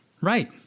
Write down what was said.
Right